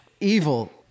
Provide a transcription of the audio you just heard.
evil